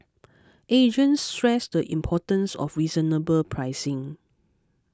agents stress the importance of reasonable pricing